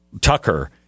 Tucker